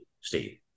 Steve